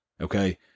okay